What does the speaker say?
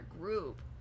group